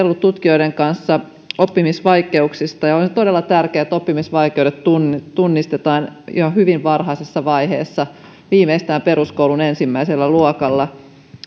tutkijoiden kanssa oppimisvaikeuksista ja on todella tärkeää että oppimisvaikeudet tunnistetaan jo hyvin varhaisessa vaiheessa viimeistään peruskoulun ensimmäisellä luokalla